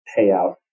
payout